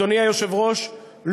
אדוני היושב-ראש,